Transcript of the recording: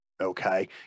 okay